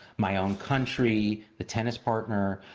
my own country, the tennis partner,